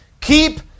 keep